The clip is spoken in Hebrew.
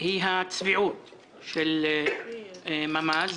הצביעות של ממ"ז